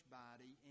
body